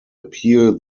appeal